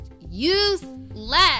useless